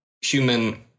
human